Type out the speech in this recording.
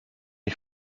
ich